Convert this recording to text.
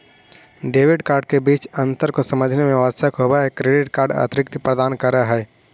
Debit card के बीच अंतर को समझे मे आवश्यक होव है क्रेडिट कार्ड अतिरिक्त प्रदान कर है?